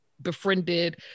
befriended